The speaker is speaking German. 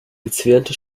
gezwirnte